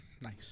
Nice